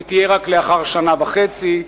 היא תהיה רק לאחר שנה וחצי.